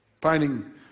pining